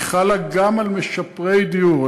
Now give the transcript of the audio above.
היא חלה גם על משפרי דיור.